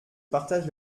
partage